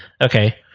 Okay